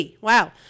wow